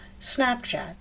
snapchat